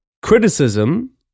Criticism